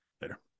Later